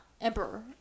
Emperor